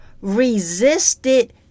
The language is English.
resisted